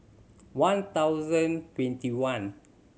one thousand twenty one